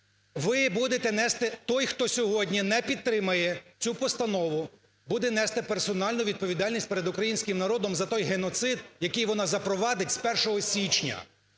ви будете нести, той, хто сьогодні не підтримає цю постанову, буде нести персональну відповідальність перед українським народом за той геноцид, який вона запровадить з 1 січня.